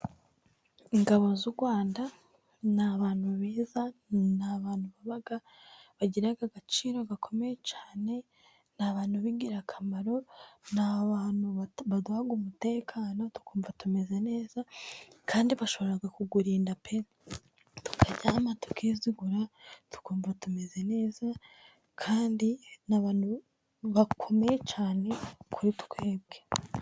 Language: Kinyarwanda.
Ingabo z'urwanda ni abantu beza, ni abantu baba bagira agaciro gakomeye cyane, ni abantu b'ingirakamaro, ni abantu baduha umutekano tukumva tumeze neza, kandi bashobora kukurinda pe tukaryama tukizugura tukumva tumeze neza, kandi ni abantu bakomeye cyane kuri twebwe.